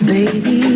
Baby